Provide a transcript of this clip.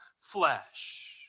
flesh